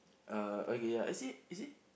uh okay I see I see